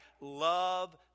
love